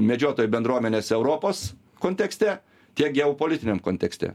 medžiotojų bendruomenės europos kontekste tiek geopolitiniam kontekste